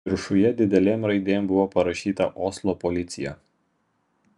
viršuje didelėm raidėm buvo parašyta oslo policija